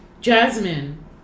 Jasmine